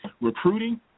recruiting